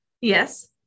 Yes